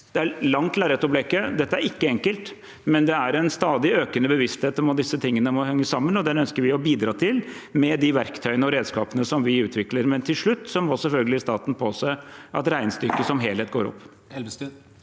Det er et langt lerret å bleke, dette er ikke enkelt, men det er en stadig økende bevissthet om at disse tingene må henge sammen, og den ønsker vi å bidra til med de verktøyene og redskapene vi utvikler. Til slutt må selvfølgelig staten påse at regnestykket som helhet går opp.